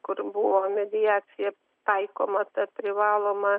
kur buvo mediacija taikoma ta privaloma